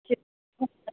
ठीक मस्त